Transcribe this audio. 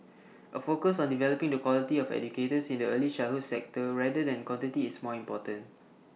A focus on developing the quality of educators in the early childhood sector rather than quantity is more important